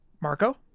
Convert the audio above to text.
Marco